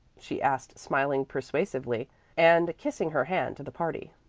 she asked, smiling persuasively and kissing her hand to the party.